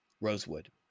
Rosewood